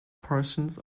portions